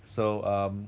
so um